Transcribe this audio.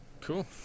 cool